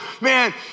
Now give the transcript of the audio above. man